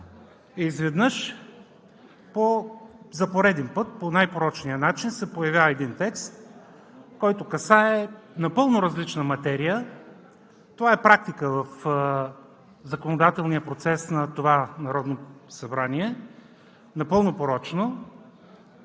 и изведнъж – за пореден път, по най-порочния начин, се появява един текст, който касае напълно различна материя. Това е практика в законодателния процес на това Народно събрание – напълно порочно.